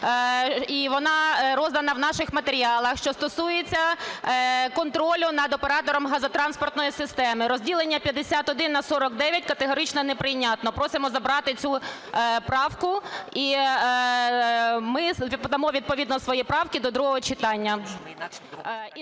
вона роздана в наших матеріалах, що стосується контролю над оператором газотранспортної системи. Розділення "51 на 49" категорично неприйнятно. Просимо забрати цю правку, і ми дамо відповідно свої правки до другого читання.